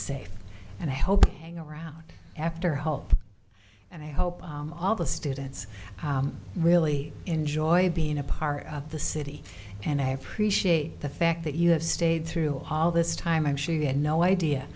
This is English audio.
safe and i hope around after hope and i hope all the students really enjoy being a part of the city and i appreciate the fact that you have stayed through all this time i'm sure you had no idea